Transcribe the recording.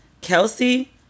Kelsey